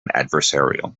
adversarial